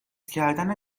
کردن